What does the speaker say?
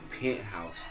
penthouse